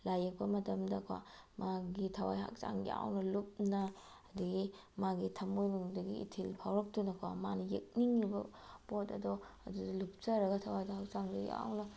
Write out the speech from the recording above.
ꯂꯥꯏꯌꯦꯛꯄ ꯃꯇꯝꯗ ꯀꯣ ꯃꯒꯤ ꯊꯋꯥꯏ ꯍꯛꯆꯥꯡ ꯌꯥꯎꯅ ꯂꯨꯞꯅ ꯑꯗꯨꯗꯒꯤ ꯃꯥꯒꯤ ꯊꯃꯣꯏꯅꯨꯡꯗꯒꯤ ꯏꯊꯤꯜ ꯐꯥꯎꯔꯛꯇꯨꯅ ꯀꯣ ꯃꯥꯅ ꯌꯦꯛꯅꯤꯡꯏꯕ ꯄꯣꯠ ꯑꯗꯣ ꯑꯗꯨꯗ ꯂꯨꯞꯆꯔꯒ ꯊꯋꯥꯏꯗꯣ ꯍꯛꯆꯥꯡꯗꯣ ꯌꯥꯎꯅ